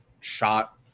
shot